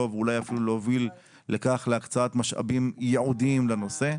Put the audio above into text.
ואולי אפילו להוביל להקצאת משאבים ייעודיים לנושא.